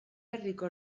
herriko